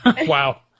wow